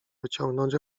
wyciągnąć